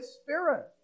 Spirit